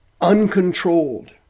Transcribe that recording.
uncontrolled